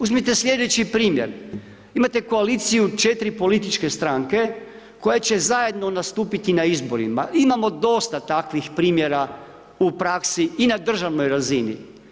Uzmite sljedeći primjer, imate koaliciju četiri političke stranke, koja će zajedno nastupiti na izborima, imao dosta takvih primjera u praksi i na državnoj razini.